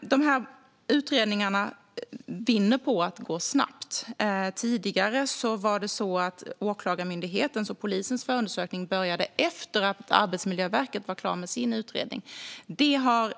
Dessa utredningar vinner på att gå snabbt. Tidigare var det så att Åklagarmyndighetens och polisens förundersökning började efter att Arbetsmiljöverket var klar med sin utredning. Det har